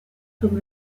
comme